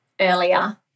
earlier